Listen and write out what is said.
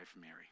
Mary